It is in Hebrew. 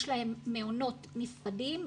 יש להם מעונות נפרדים,